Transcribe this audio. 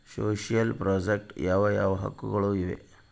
Social project ಯಾವ ಯಾವ ಹಕ್ಕುಗಳು ಇವೆ?